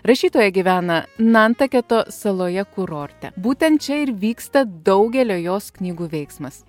rašytoja gyvena nantaketo saloje kurorte būtent čia ir vyksta daugelio jos knygų veiksmas